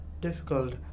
difficult